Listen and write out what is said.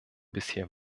bisher